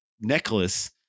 necklace